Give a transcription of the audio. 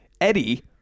Eddie